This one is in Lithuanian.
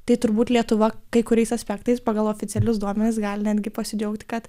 tai turbūt lietuva kai kuriais aspektais pagal oficialius duomenis gali netgi pasidžiaugti kad